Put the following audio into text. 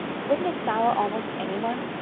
wouldn't it sour almost any one?